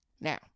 now